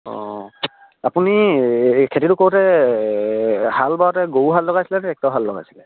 অঁ আপুনি এই খেতিটো কৰোতে হাল বাওঁতে গৰু হাল লগাইছিলে নে ট্ৰেক্টৰ হাল লগাইছিলে